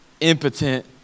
impotent